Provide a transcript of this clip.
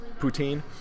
poutine